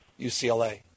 UCLA